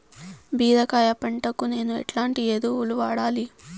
బీరకాయ పంటకు నేను ఎట్లాంటి ఎరువులు వాడాలి?